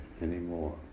anymore